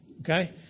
Okay